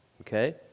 okay